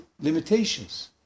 limitations